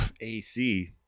AC